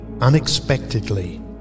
unexpectedly